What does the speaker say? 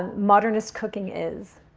and modernist cooking is?